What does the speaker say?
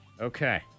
Okay